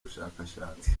bushakashatsi